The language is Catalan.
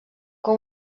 que